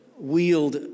wield